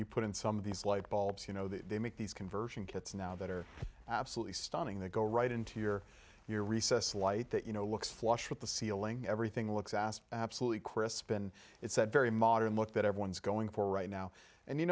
you put in some of these light bulbs you know they make these conversion kits now that are absolutely stunning that go right into your your recess light that you know looks flush with the ceiling everything looks asked absolutely crispin it said very modern look that everyone's going for right now and you